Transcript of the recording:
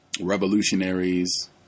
revolutionaries